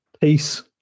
Peace